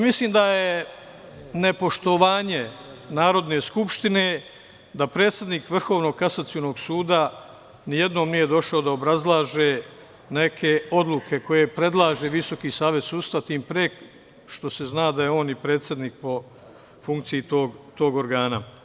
Mislim da je nepoštovanje Narodne skupštine da predsednik Vrhovnog kasacionog suda nijednom nije došao da obrazlaže neke odluke koje predlaže Visoki savet sudstva, tim pre što se zna da je on i predsednik po funkciji tog organa.